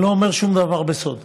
אני לא אומר שום דבר בסוד,